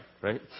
right